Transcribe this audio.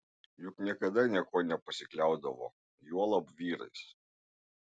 juk niekada niekuo nepasikliaudavo juolab vyrais